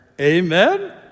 Amen